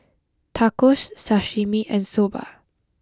Tacos Sashimi and Soba